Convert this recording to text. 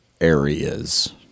areas